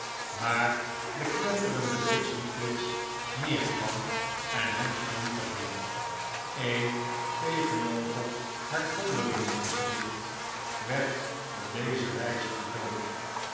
waar de knetterende bliksemflits neerkwam en hen vernietigde een tegenover het vondelingengesticht werd op deze wijze gedood